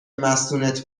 مستونت